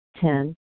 Ten